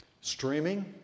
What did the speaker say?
Streaming